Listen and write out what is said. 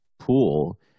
pool